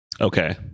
Okay